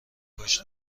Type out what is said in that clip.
کاش